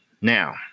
Now